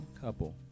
couple